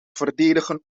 verdedigen